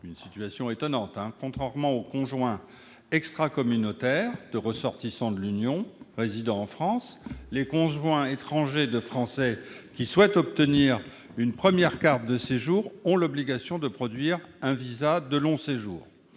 de finances. Étonnamment, contrairement aux conjoints extracommunautaires de ressortissants de l'Union résidant en France, les conjoints étrangers de Français qui souhaitent obtenir une première carte de séjour ont l'obligation de produire un visa de long séjour.